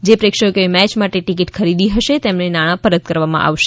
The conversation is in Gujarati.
જે પ્રેક્ષકોએ મેચ માટે ટિકિટ ખરીદી હશે તેમને નાણાં પરત કરવામાં આવશે